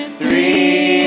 three